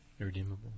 Irredeemable